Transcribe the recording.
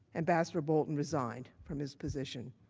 ambassador bolton resigned from his position.